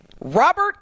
Robert